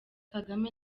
kagame